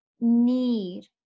need